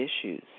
issues